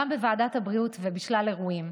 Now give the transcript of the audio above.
גם בוועדת הבריאות ובשלל אירועים,